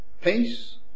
Peace